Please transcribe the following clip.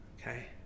Okay